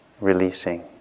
releasing